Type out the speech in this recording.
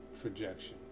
projection